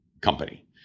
company